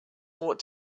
what